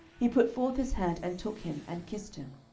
he put forth his hand, and took him, and kissed him.